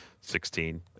Sixteen